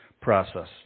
process